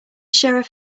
sheriff